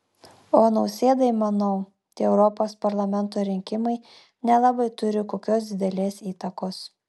o nausėdai manau tie europos parlamento rinkimai nelabai turi kokios didelės įtakos